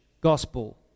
gospel